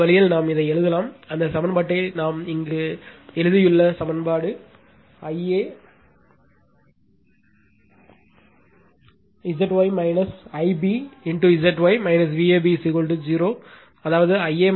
இந்த வழியில் நாம் இதை எழுதலாம் அந்த சமன்பாட்டை நாம் இங்கு எழுதியுள்ள சமன்பாடு Ia Zy Ib Zy Vab 0 அதாவது Ia Ib Vab Zy